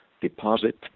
deposit